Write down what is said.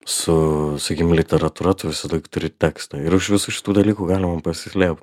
su sakym literatūra tu visąlaik turi tekstą ir už visų šitų dalykų galima pasislėpt